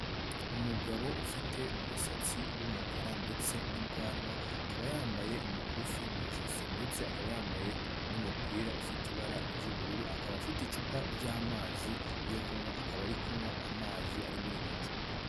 Umugabo ufite umusatsi w'umukara ndetse n'ubwanwa, akaba yambaye umukufi mu ijosi, ndetse akaba yambaye n'umupira ufite ibara ry'ubururu, akaba afite icupa ryamazi yo kunywa, akaba ari kunywa amazi ari muri iryo cupa.